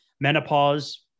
menopause